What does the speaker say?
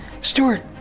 Stewart